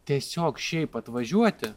tiesiog šiaip atvažiuoti